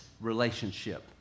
relationship